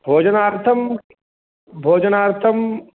भोजनार्थं भोजनार्थम्